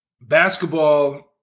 basketball